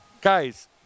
Guys